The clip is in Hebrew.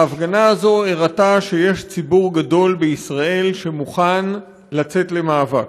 ההפגנה הזאת הראתה שיש ציבור גדול בישראל שמוכן לצאת למאבק.